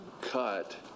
cut